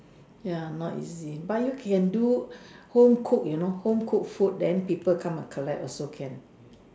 ya not easy but you can do home cooked you know home cooked food then people come and collect also can